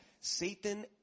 Satan